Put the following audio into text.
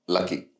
Lucky